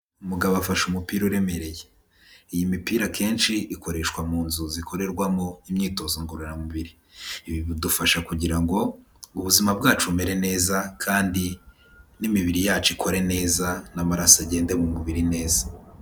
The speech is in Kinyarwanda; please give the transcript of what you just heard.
Umugabo afasha umupira uremereye. Iyi mipira akenshi ikoreshwa mu nzu zikorerwamo imyitozo ngororamubiri. Ibi bidufasha kugira ngo ubuzima bwacu bumere neza kandi n'imibiri yacu ikore neza n'amaraso agende mu mubiri neza.